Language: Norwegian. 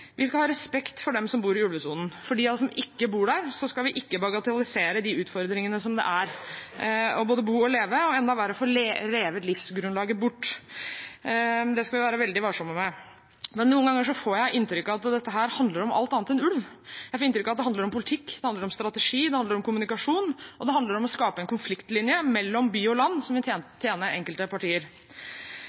Vi skal ha respekt for dem som bor i ulvesonen. Vi som ikke bor der, skal ikke bagatellisere de utfordringene det er å både bo og leve der, og enda verre: å få revet livsgrunnlaget bort. Det skal vi være veldig varsomme med. Men noen ganger får jeg inntrykk av at dette handler om alt annet enn ulv. Jeg får inntrykk av at det handler om politikk, det handler om strategi, det handler om kommunikasjon, og det handler om å skape en konfliktlinje mellom by og land som vil tjene enkelte partier.